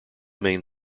main